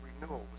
renewal